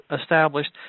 established